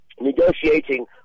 negotiating